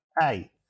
hey